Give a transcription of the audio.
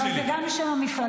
אבל זה גם שם המפלגה,